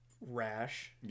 rash